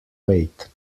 weight